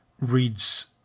reads